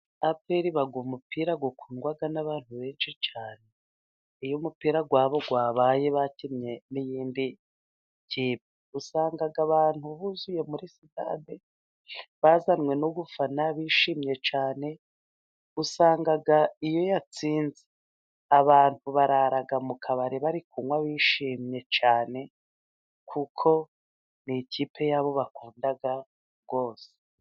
APR iba umupira ukundwa n'abantu benshi cyane, iyo umupira wabo wabaye, bakinnye n'iyindi kipe, usanga abantu buzuye muri sitade, bazanywe no gufana, bishimye cyane, usanga iyo yatsinze, abantu barara mu kabari bari kunywa bishimye cyane kuko ni ikipe yabo bakunda rwose.